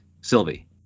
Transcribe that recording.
Sylvie